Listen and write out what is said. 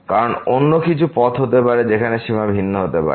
কারণ অন্য কিছু পথ হতে পারে যেখানে সীমা ভিন্ন হতে পারে